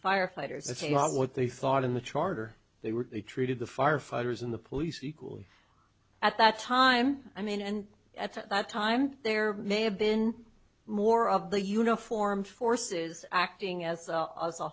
firefighters and what they thought in the charter they were they treated the firefighters and the police equally at that time i mean and at that time there may have been more of the uniformed forces acting as a